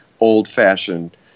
old-fashioned